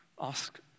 ask